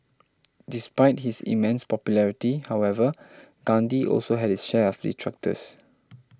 despite his immense popularity however Gandhi also had his share of detractors